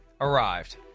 arrived